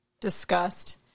discussed